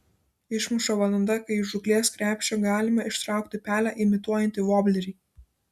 išmuša valanda kai iš žūklės krepšio galime ištraukti pelę imituojantį voblerį